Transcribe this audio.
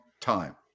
time